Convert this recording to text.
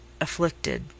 afflicted